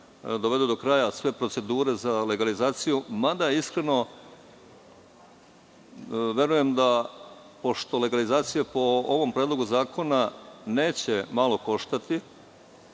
dovedu do kraja sve procedure za legalizaciju, mada, iskreno verujem da, pošto legalizacija, po ovom predlogu zakona, neće malo koštati,